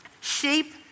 Sheep